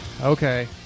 Okay